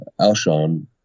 Alshon